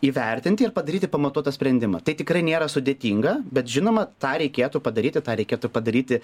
įvertinti ir padaryti pamatuotą sprendimą tai tikrai nėra sudėtinga bet žinoma tą reikėtų padaryti tą reikėtų padaryti